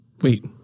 Wait